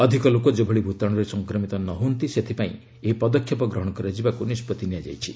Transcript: ଅଧିକ ଲୋକ ଯେଭଳି ଭୂତାଣୁରେ ସଂକ୍ରମିତ ନହୁଅନ୍ତି ସେଥିପାଇଁ ଏହି ପଦକ୍ଷେପ ଗ୍ରହଣ କରାଯିବାକୁ ନିଷ୍ପଭି ନିଆଯାଇଛି